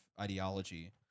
ideology